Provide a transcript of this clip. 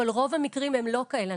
אבל רוב המקרים הם לא כאלה.